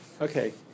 Okay